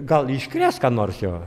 gal iškrės ką nors jo